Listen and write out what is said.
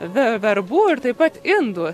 verbų ir taip pat indų